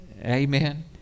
Amen